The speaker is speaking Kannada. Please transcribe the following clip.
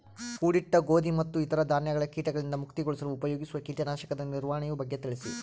ಕೂಡಿಟ್ಟ ಗೋಧಿ ಮತ್ತು ಇತರ ಧಾನ್ಯಗಳ ಕೇಟಗಳಿಂದ ಮುಕ್ತಿಗೊಳಿಸಲು ಉಪಯೋಗಿಸುವ ಕೇಟನಾಶಕದ ನಿರ್ವಹಣೆಯ ಬಗ್ಗೆ ತಿಳಿಸಿ?